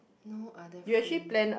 no other free day